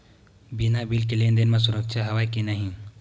बिना बिल के लेन देन म सुरक्षा हवय के नहीं?